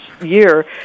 year